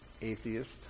Atheist